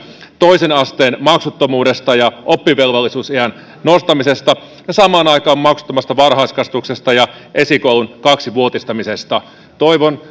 toisen asteen maksuttomuudesta ja oppivelvollisuusiän nostamisesta ja samaan aikaan maksuttomasta varhaiskasvatuksesta ja esikoulun kaksivuotistamisesta toivon